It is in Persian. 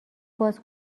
باز